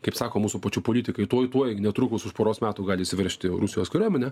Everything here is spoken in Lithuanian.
kaip sako mūsų pačių politikai tuoj tuoj netrukus už poros metų gali įsiveržti rusijos kariuomenė